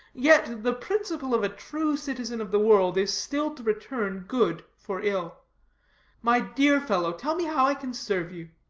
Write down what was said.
yet the principle of a true citizen of the world is still to return good for ill my dear fellow, tell me how i can serve you.